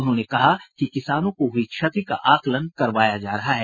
उन्होंने कहा कि किसानों को हुई क्षति का आकलन करवाया जा रहा है